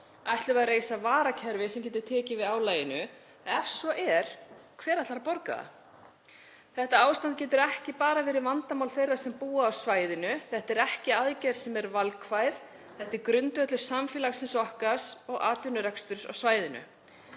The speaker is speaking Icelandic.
Ætlum við að reisa varakerfi sem getur tekið við álaginu? Ef svo er, hver ætlar að borga það? Þetta ástand getur ekki bara verið vandamál þeirra sem búa á svæðinu. Þetta er ekki aðgerð sem er valkvæð. Þetta er grundvöllur samfélagsins okkar og atvinnureksturs á svæðinu.